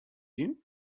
you